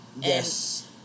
Yes